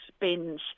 binge